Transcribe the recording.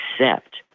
accept